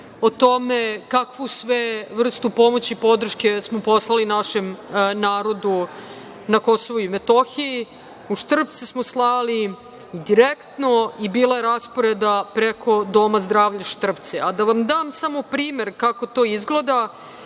o tome kakvu sve vrstu pomoći podrške smo poslali našem narodu na KiM. U Štrpce smo slali direktno i bilo je preraspodela preko Doma zdravlja Štrpce, a da vam dam samo primer kako to izgleda.